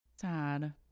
Sad